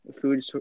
food